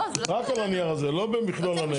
רק על הנייר הזה, לא במכלול הניירות.